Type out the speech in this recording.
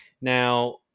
Now